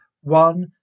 one-